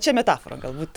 čia metafora galbūt